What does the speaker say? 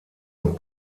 und